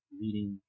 reading